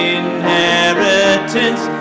inheritance